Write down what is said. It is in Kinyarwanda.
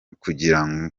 kugira